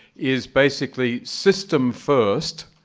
is, basically system first,